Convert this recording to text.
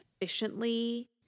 efficiently